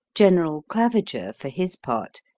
general claviger, for his part,